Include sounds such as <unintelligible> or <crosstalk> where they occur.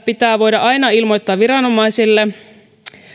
<unintelligible> pitää voida aina ilmoittaa viranomaisille